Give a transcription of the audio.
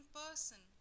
person